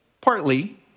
partly